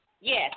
Yes